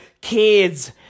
kids